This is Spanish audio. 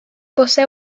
posee